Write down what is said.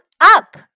up